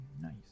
nice